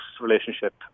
relationship